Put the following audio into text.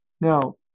Now